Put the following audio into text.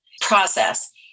process